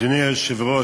אדוני היושב-ראש,